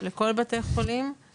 לכל בתי חולים.